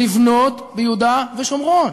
לבנות ביהודה ושומרון,